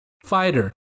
fighter